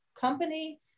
company